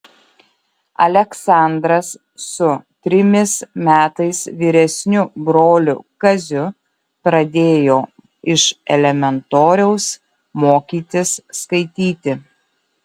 aleksandras su trimis metais vyresniu broliu kaziu pradėjo iš elementoriaus mokytis skaityti